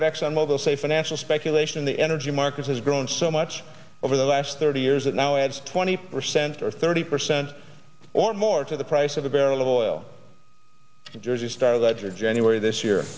of exxon mobil say financial speculation in the energy market has grown so much over the last thirty years it now adds twenty percent or thirty percent or more to the price of a barrel of oil the jersey star ledger january this year